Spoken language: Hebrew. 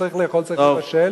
כשצריך לאכול צריך לבשל,